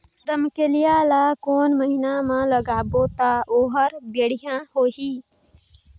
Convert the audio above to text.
रमकेलिया ला कोन महीना मा लगाबो ता ओहार बेडिया होही?